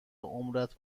عمرت